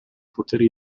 poteri